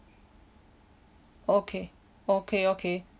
okay okay okay